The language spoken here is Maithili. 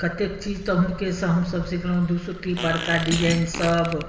कतेक चीज तऽ हुनकेसँ हमसब सिखलहुँ दुसुत्ती परका डिजाइन सब